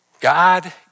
God